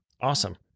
Awesome